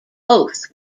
both